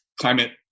climate